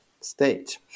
state